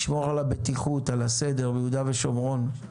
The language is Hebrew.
לשמור על הבטיחות והסדר ביהודה ושומרון.